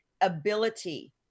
ability